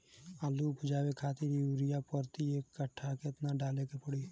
आलू उपजावे खातिर यूरिया प्रति एक कट्ठा केतना डाले के पड़ी?